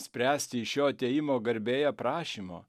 spręsti iš jo atėjimo garbėje prašymo